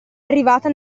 arrivata